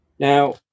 Now